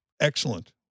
Excellent